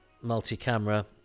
multi-camera